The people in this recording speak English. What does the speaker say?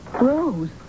Rose